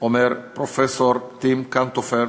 אומר פרופסור טים קנטופר,